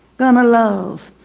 gonna love,